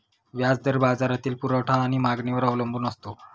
व्याज दर बाजारातील पुरवठा आणि मागणीवर अवलंबून असतो